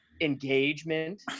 Engagement